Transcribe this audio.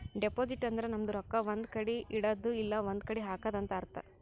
deposit ಅಂದುರ್ ನಮ್ದು ರೊಕ್ಕಾ ಒಂದ್ ಕಡಿ ಇಡದ್ದು ಇಲ್ಲಾ ಒಂದ್ ಕಡಿ ಹಾಕದು ಅಂತ್ ಅರ್ಥ